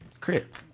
Crip